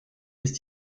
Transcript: ist